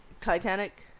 Titanic